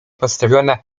postawiona